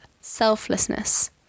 selflessness